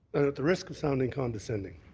at the risk of sounding condescending,